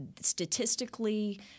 statistically